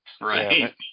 Right